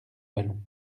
vallon